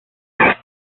that